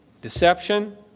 deception